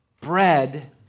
bread